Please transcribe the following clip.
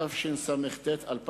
התשס”ט 2009,